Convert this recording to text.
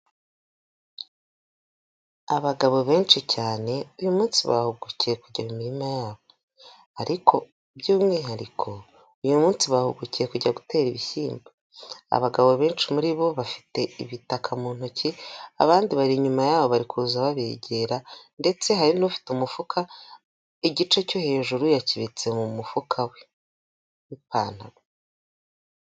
Abagabo benshi cyane uyu munsi bahugukiye kujya mu mirima yabo, ariko by'umwihariko uyu munsi bahugukiye kujya gutera ibishyimbo, abagabo benshi muri bo bafite ibitaka mu ntoki abandi bari inyuma yabo bari kuza babegera ndetse hari n'ufite umufuka igice cyo hejuru yakibitse mu mufuka we w'ipantaro.